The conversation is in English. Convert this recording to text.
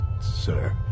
sir